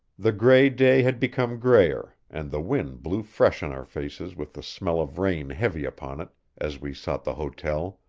the gray day had become grayer, and the wind blew fresh in our faces with the smell of rain heavy upon it, as we sought the hotel.